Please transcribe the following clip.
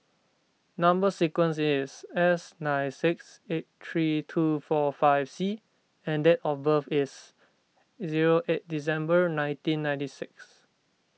Number Sequence is S nine six eight three two four five C and date of birth is zero eight December nineteen ninety six